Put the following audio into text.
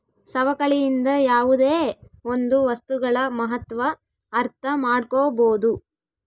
ಸವಕಳಿಯಿಂದ ಯಾವುದೇ ಒಂದು ವಸ್ತುಗಳ ಮಹತ್ವ ಅರ್ಥ ಮಾಡ್ಕೋಬೋದು